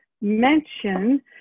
mention